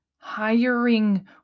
Hiring